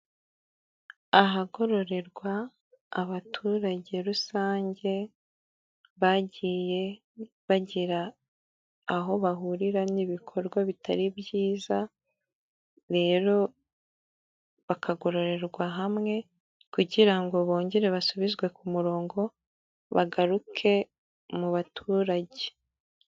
Ahagororerwa abaturage rusange bagiye bagera aho bahurira n'ibikorwa bitari byiza rero bakagororerwa hamwe kugira ngo bongere basubizwe ku murongo bagaruke mu baturage.